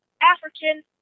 African